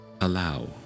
allow